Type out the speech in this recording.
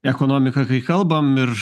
ekonomiką kai kalbam ir